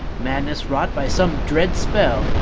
madness wrought by some dread spell,